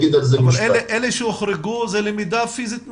אלה שהוחרגו זה למידה פיזית מקרוב?